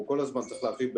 או כל הזמן צריך להרחיב.